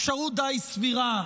אפשרות די סבירה,